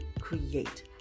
Create